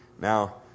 Now